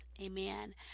Amen